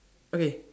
okay